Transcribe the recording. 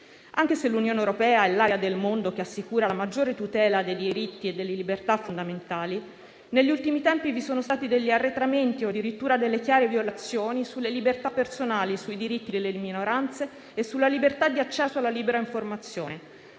Anche se l'Unione europea è l'area del mondo che assicura la maggiore tutela dei diritti e delle libertà fondamentali, negli ultimi tempi vi sono stati degli arretramenti o addirittura delle chiare violazioni sulle libertà personali, sui diritti delle minoranze e sulla libertà di accesso alla libera informazione,